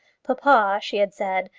papa, she had said,